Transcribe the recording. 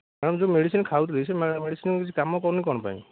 ma'am ଯେଉଁ medicine ଖାଉଥିଲି ସେଇ ମା ମେଡ଼ିସିନ୍ କିଛି କାମ କରୁନି କ'ଣ ପାଇଁ